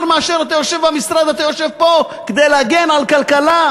יותר ממה שאתה יושב במשרד אתה יושב פה כדי להגן על הכלכלה.